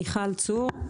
אני מיכל צור,